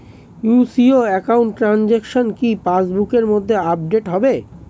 UCO account transaction কি pass বুকের মধ্যে আপডেট হবে?